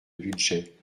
budget